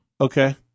Okay